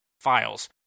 files